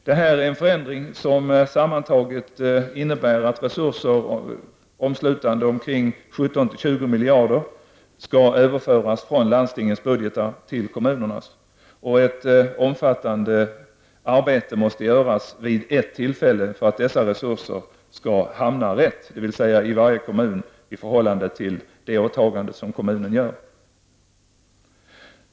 Detta är förändringar som sammantaget innebär att resurser, omslutande 17--20 miljarder, skall överföras från landstingens budgetar till kommunerna. Ett omfattande arbete måste utföras vid ett tillfälle för att dessa resurser skall hamna rätt, dvs. i varje kommun i förhållande till det åtagande som kommunen gör.